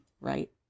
right